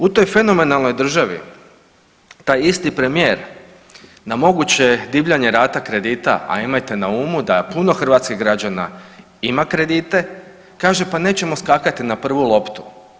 U toj fenomenalnoj državi taj isti premijer na moguće divljanje rata kredita, a imajte na umu da puno hrvatskih građana ima kredite, kaže pa nećemo skakati na prvu loptu.